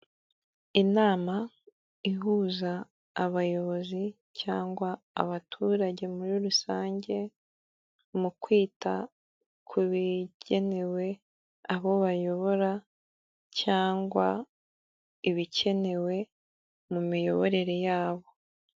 Inama ihuza abayobozi cyangwa abaturage muri rusange, mu kwita ku bigenewe abo bayobora cyangwa ibikenewe mu miyoborere yabo.